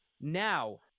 Now